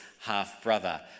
half-brother